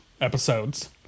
episodes